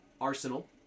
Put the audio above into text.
arsenal